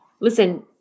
Listen